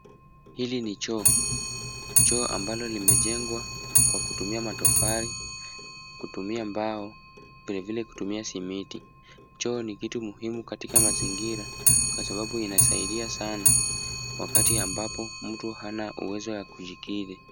Hili ni choo, choo ambalo limejengwa kwa kutumia matofali , kutumia mbao , vilevile kutumia simiti. Choo ni kitu muhimu katika mazingira kwa sababu inasaidia sana wakati ambapo mtu hana uwezo wa kujikiri.